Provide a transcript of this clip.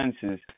senses